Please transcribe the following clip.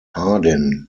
hardin